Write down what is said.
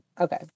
Okay